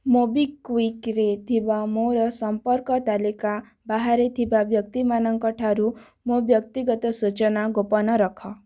MobiKwik ରେ ଥିବା ମୋର ସମ୍ପର୍କ ତାଲିକା ବାହାରେ ଥିବା ବ୍ୟକ୍ତିମାନଙ୍କ ଠାରୁ ମୋ ବ୍ୟକ୍ତିଗତ ସୂଚନା ଗୋପନ ରଖ